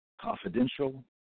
confidential